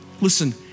Listen